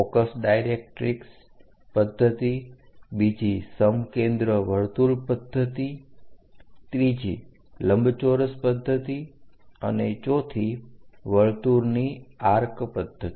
focus directrix પદ્ધતિ બીજી સમ કેન્દ્ર વર્તુળ પદ્ધતિ ત્રીજી લંબચોરસ પદ્ધતિ અને ચોથી વર્તુળની આર્ક પદ્ધતિ